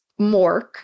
Mork